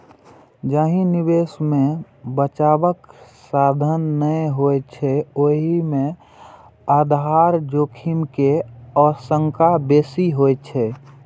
जाहि निवेश मे बचावक साधन नै होइ छै, ओय मे आधार जोखिम के आशंका बेसी होइ छै